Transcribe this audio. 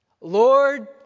Lord